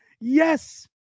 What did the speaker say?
Yes